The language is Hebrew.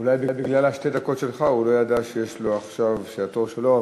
אולי בגלל שתי הדקות שלך הוא לא ידע שעכשיו התור שלו,